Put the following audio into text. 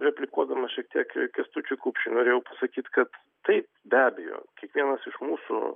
replikuodamas šiek tiek kęstučiui kupšiui norėjau pasakyt kad taip be abejo kiekvienas iš mūsų